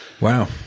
Wow